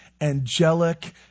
angelic